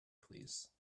please